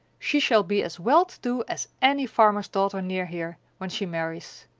she shall be as well-to-do as any farmer's daughter near here, when she marries.